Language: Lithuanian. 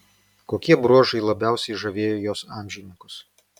kokie bruožai labiausiai žavėjo jos amžininkus